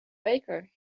baker